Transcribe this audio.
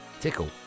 Tickle